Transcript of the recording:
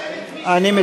אני רושם את מי שיוצא.